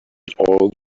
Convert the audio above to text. all